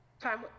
time